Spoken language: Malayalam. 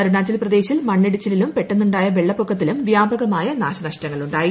അരുണാചൽ പ്രദേശിൽ മണ്ണിടിച്ചിലിലും പെട്ടെന്നുണ്ടായ വെള്ളപ്പൊക്കത്തിലും വ്യാപകമായ നാശനഷ്ടങ്ങളുണ്ടായി